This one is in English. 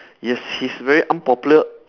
yes he's very unpopular